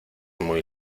muy